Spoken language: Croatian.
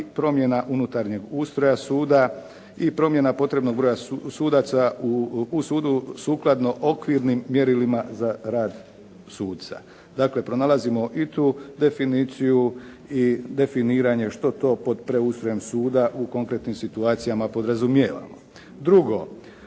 promjena unutarnjeg ustroja suda i promjena potrebnog broja sudaca u sudu sukladno okvirnim mjerilima za rad suca. Dakle, pronalazimo i tu definiciju i definiranje što to pod preustrojem suda u konkretnim situacijama podrazumijevamo. Drugo,